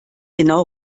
genau